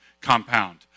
compound